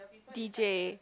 d_j